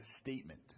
statement